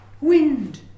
wind